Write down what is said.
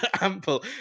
Ample